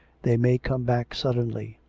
they may come back suddenly.